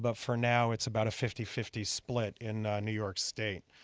but for now, it's about a fifty fifty split in new york state.